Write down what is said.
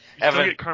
Evan